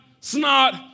snot